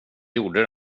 gjorde